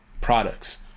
products